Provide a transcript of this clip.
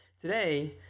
today